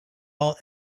all